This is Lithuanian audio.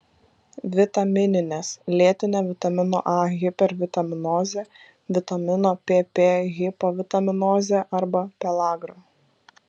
vitamininės lėtinė vitamino a hipervitaminozė vitamino pp hipovitaminozė arba pelagra